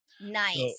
Nice